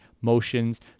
motions